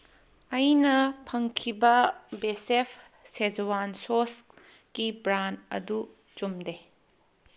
ꯑꯩꯅ ꯐꯪꯈꯤꯕ ꯕꯦꯆꯦꯞ ꯁꯦꯆꯋꯥꯟ ꯁꯣꯁꯀꯤ ꯕ꯭ꯔꯥꯟ ꯑꯗꯨ ꯆꯨꯝꯗꯦ